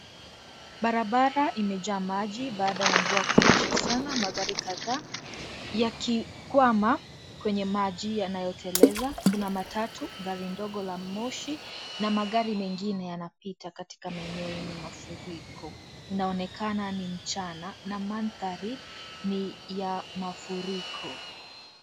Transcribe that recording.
Barabara imejaa maji baada ya mvua kunyesha sana magari kadhaa yakikwama kwenye maji yaliyoteleza, kuna matatu, gari ndogo la moshi na magari mengine yanapita katika maeneo yenye mafuriko. Inaonekana ni mchana na mandhari ni ya mafuriko.